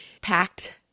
packed